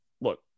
look